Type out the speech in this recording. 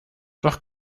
doch